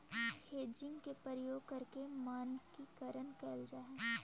hedging के प्रयोग करके मानकीकरण कैल जा हई